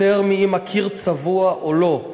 יותר מאם הקיר צבוע או לא,